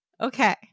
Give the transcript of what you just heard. Okay